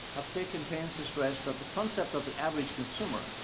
have taken pains to stress that the concept of the average consumer,